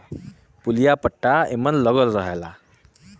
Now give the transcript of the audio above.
पुलिया पट्टा एमन लगल रहला